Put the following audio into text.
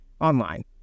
online